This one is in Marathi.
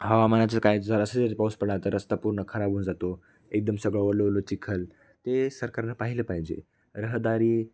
हवामानाचं काय जर असं जरी पाऊस पडला तर रस्ता पूर्ण खराब होऊन जातो एकदम सगळं ओलं ओलं चिखल ते सरकारनं पाहिलं पाहिजे रहदारी